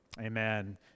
Amen